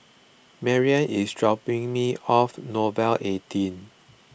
Marrion is dropping me off Nouvel eighteen